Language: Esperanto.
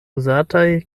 uzataj